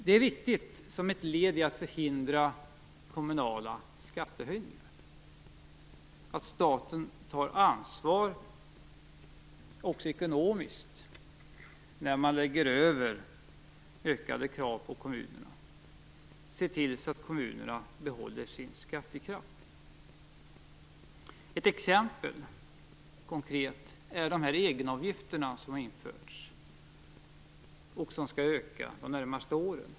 Det är viktigt att staten som ett led i att förhindra kommunala skattehöjningar tar ansvar också ekonomiskt och ser till att kommunerna behåller sin skattekraft när man lägger över ökade krav på dem. Ett konkret exempel är de egenavgifter som har införts och som skall öka de närmaste åren.